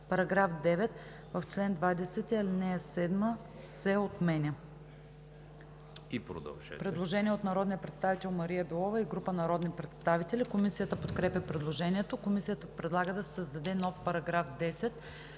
§ 9: „§ 9. В чл. 20 ал. 7 се отменя.“ Предложение от народния представител Мария Белова и група народни представители. Комисията подкрепя предложението. Комисията предлага да се създаде нов § 10: „§ 10.